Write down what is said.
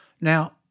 Now